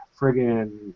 friggin